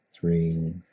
three